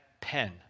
pen